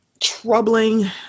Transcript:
troubling